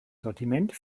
sortiment